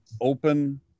open